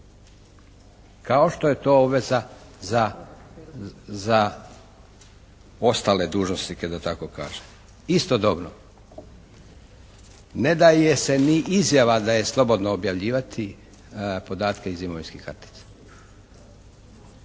kao što je to obveza za ostale dužnosnike da tako kažem. Istodobno ne daje se ni izjava da je slobodno objavljivati podatke iz imovinskih kartica.